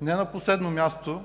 Не на последно място